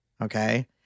okay